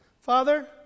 Father